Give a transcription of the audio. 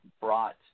brought